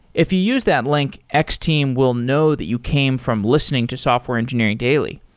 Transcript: if you use that link, x-team will know that you came from listening to software engineering daily,